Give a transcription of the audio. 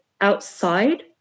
outside